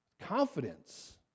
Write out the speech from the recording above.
Confidence